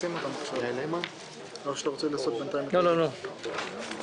יד ימין לא יודעת מיד שמאל.